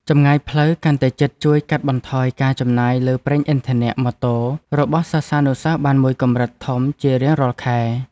ចម្ងាយផ្លូវកាន់តែជិតជួយកាត់បន្ថយការចំណាយលើប្រេងឥន្ធនៈម៉ូតូរបស់សិស្សានុសិស្សបានមួយកម្រិតធំជារៀងរាល់ខែ។